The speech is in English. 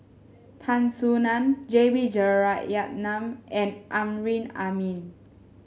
Tan Soo Nan J B Jeyaretnam and Amrin Amin